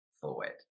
forward